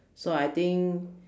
so I think